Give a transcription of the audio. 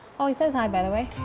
oh, he says hi by the way.